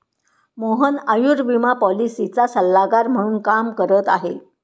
मोहन आयुर्विमा पॉलिसीचा सल्लागार म्हणून काम करत आहे